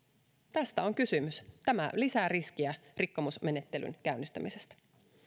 tästä on kysymys tämä lisää riskiä rikkomusmenettelyn käynnistämisestä